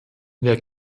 wer